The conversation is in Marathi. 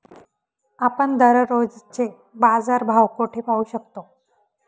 आपण दररोजचे बाजारभाव कोठे पाहू शकतो?